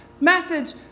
message